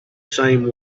same